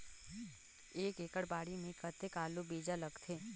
एक एकड़ बाड़ी मे कतेक आलू बीजा लगथे?